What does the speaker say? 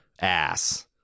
ass